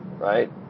right